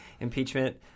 impeachment